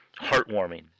heartwarming